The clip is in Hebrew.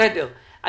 בסדר.